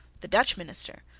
the dutch minister,